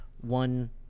one